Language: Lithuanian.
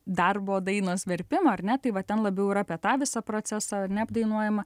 darbo dainos verpimo ar ne tai va ten labiau yra apie tą visą procesą neapdainuojama